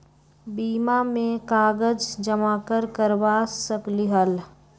बीमा में कागज जमाकर करवा सकलीहल?